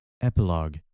Epilogue